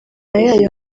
yayo